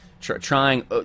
trying